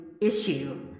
issue